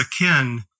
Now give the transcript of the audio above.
akin